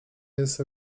jest